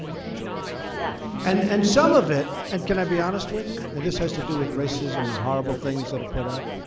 and and some of it and can i be honest with you? and this has to do with racism and horrible things that are put up.